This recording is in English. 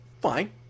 Fine